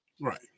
Right